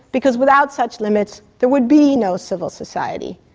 because without such limits there would be no civil society.